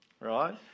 right